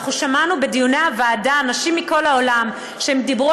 אנחנו שמענו בדיוני הוועדה אנשים מכל העולם שדיברו